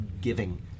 giving